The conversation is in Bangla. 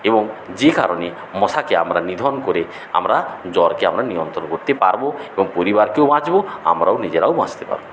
এবং যে কারণে মশাকে আমরা নিধন করে আমরা জ্বর কি আমরা নিয়ন্ত্রণ করতে পারব এবং পরিবারকেও বাঁচাবো আমরা নিজেরাও বাঁচতে পারব